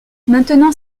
maintenant